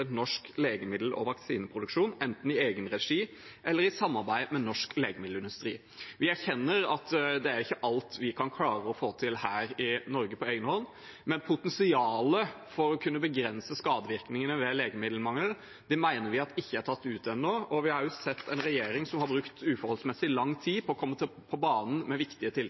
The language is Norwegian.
norsk legemiddel- og vaksineproduksjon enten i egenregi eller i samarbeid med norsk legemiddelindustri. Vi erkjenner at det ikke er alt vi kan klare å få til her i Norge på egen hånd, men potensialet for å kunne begrense skadevirkningene ved legemiddelmangel mener vi ikke er tatt ut ennå, og vi har også sett en regjering som har brukt uforholdsmessig lang tid på å komme på banen med viktige